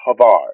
Havard